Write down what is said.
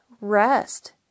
rest